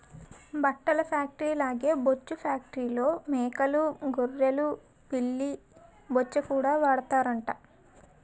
బట్టల ఫేట్రీల్లాగే బొచ్చు ఫేట్రీల్లో మేకలూ గొర్రెలు పిల్లి బొచ్చుకూడా వాడతారట